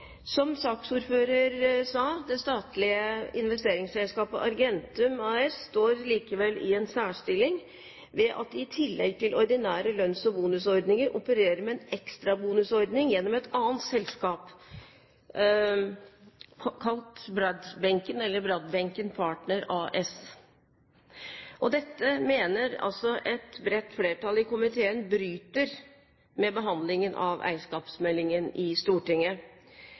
Som saksordføreren sa: Det statlige investeringsselskapet Argentum AS står likevel i en særstilling ved at de i tillegg til ordinære lønns- og bonusordninger opererer med en ekstra bonusordning gjennom et annet selskap, kalt Bradbenken Partner AS. Dette mener altså et bredt flertall i komiteen bryter med Stortingets vedtak i forbindelse med behandlingen av eierskapsmeldingen.